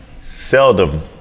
seldom